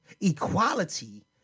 Equality